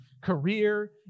career